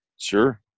sure